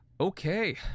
Okay